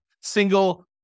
single